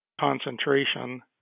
Concentration